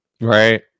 Right